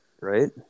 Right